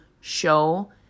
show